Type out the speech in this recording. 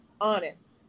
honest